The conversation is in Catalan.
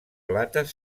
plates